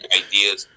ideas